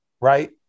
Right